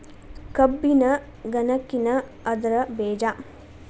ಕಬ್ಬಿನ ಗನಕಿನ ಅದ್ರ ಬೇಜಾ